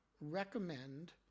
recommend